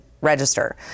register